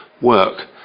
work